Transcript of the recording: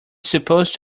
supposed